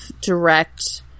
direct